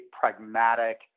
pragmatic